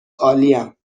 عالیم